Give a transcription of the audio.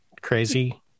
crazy